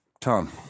Tom